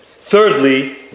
Thirdly